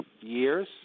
years